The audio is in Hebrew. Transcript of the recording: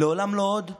"לעולם לא עוד"